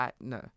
No